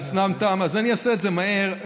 הזמן תם, אז אני אעשה את זה מהר.